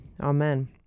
Amen